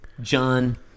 John